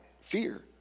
fear